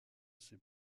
ses